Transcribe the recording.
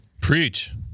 Preach